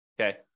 Okay